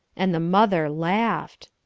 and the mother laughed.